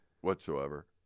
whatsoever